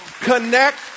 Connect